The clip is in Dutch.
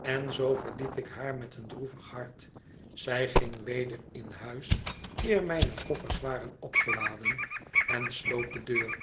en zoo verliet ik haar met een droevig hart zij ging weder in huis eer mijne koffers waren opgeladen en sloot de deur